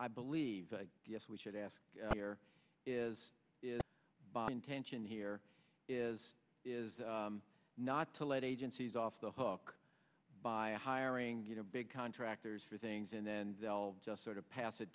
i believe yes we should ask here is by intention here is is not to let agencies off the hook by hiring you know big contractors for things and then they'll just sort of pass it